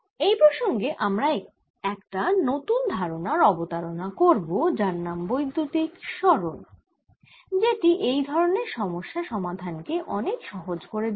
এই প্রসঙ্গে আমরা একটা নতুন ধারণার অবতারণা করবো যার নাম বৈদ্যুতিক সরণ যেটি এই ধরনের সমস্যা সমাধান কে অনেক সহজ করে দেবে